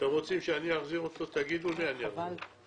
אתם רוצים שאני אחזיר אותו, תגידו לי, אני אחזיר.